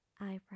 eyebrow